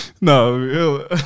No